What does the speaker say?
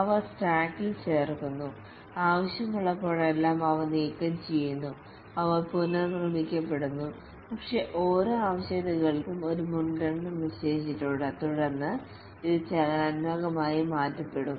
അവ സ്റ്റാക്കിൽ ചേർക്കുന്നു ആവശ്യമുള്ളപ്പോഴെല്ലാം അവ നീക്കംചെയ്യുന്നു അവ പുനർനിർമ്മിക്കപ്പെടുന്നു പക്ഷേ ഓരോ ആവശ്യകതയ്ക്കും ഒരു മുൻഗണന നിശ്ചയിച്ചിട്ടുണ്ട് തുടർന്ന് ഇത് ചലനാത്മകമായി മാറ്റപ്പെടും